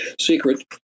Secret